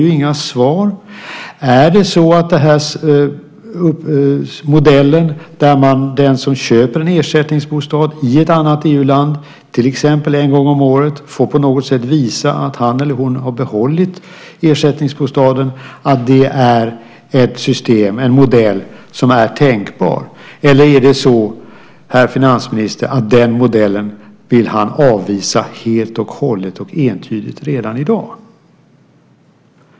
Min fråga är än en gång till finansministern: Är modellen att den som köper en ersättningsbostad i ett annat EU-land till exempel en gång om året får visa att han eller hon har behållit ersättningsbostaden tänkbar? Eller vill herr finansminister avvisa den modellen helt och hållet, entydigt, redan i dag?